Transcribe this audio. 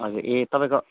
हजुर ए तपाईँको